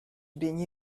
baigné